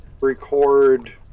record